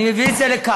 אני מביא את זה לכאן.